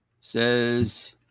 says